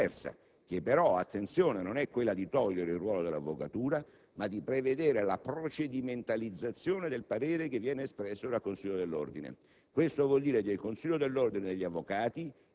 si è ritenuto preferibile seguire una soluzione diversa, che però - attenzione - non è quella di eliminare il ruolo dell'avvocatura, ma di prevedere la procedimentalizzazione del parere che viene espresso dal Consiglio dell'Ordine.